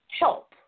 help